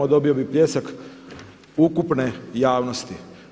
Dobio bi pljesak ukupne javnosti.